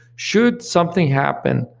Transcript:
should something happen,